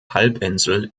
halbinsel